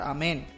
Amen